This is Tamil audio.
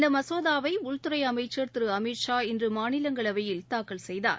இந்த மசோதாவை உள்துறை அமைச்சர் திரு அமித்ஷா இன்று மாநிலங்களவையில் தாக்கல் செய்தார்